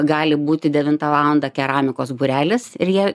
gali būti devintą valandą keramikos būrelis ir jie